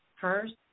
first